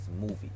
movie